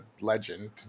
legend